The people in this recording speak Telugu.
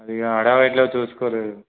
అది హడావిడిలో చూసుకోలేదు